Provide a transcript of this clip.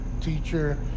teacher